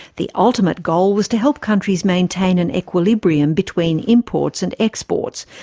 the ultimate goal was to help countries maintain an equilibrium between imports and exports,